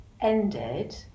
ended